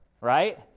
Right